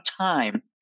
time